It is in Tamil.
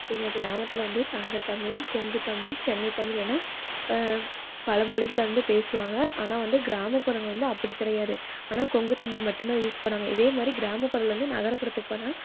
எங்கள் கிராமத்தில் வந்து சங்கத்தமிழ் கொங்குத்தமிழ் சென்னைத்தமிழ் என பல மொழிகள வந்து பேசுவாங்க ஆனால் வந்து கிராமப்புறங்கள் வந்து அப்படி கிடையாது ஆனால் கொங்குத்தமிழ் மட்டும் தான் யூஸ் பண்ணுவாங்க இதேமாதிரி கிராமப்புறங்கள்லேருந்து நகர்ப்புறத்துக்கு போனால்